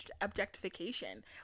objectification